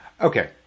Okay